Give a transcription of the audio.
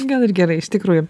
gal ir gerai iš tikrųjų